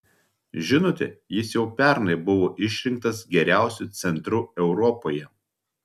žinote jis jau pernai buvo išrinktas geriausiu centru europoje